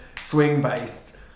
swing-based